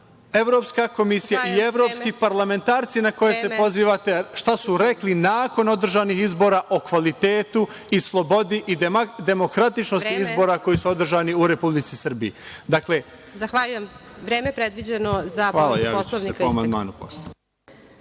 evropska komisija i evropski parlamentarci na koje se pozivate šta su rekli nakon održanih izbora o kvalitetu i slobodi i demokratičnosti izbora koji su održani u Republici Srbiji? **Elvira Kovač** Zahvaljujem. Poštovani narodni poslaniče,